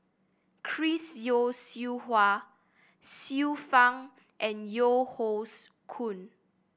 Chris Yeo Siew Hua Xiu Fang and Yeo Hoe Koon